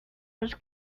was